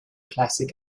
classic